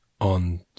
on